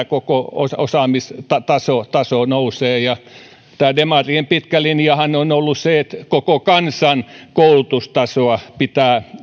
koko osaamistaso nousee tämä demarien pitkä linjahan on ollut se että koko kansan koulutustasoa pitää